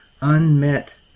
unmet